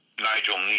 Nigel